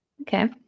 Okay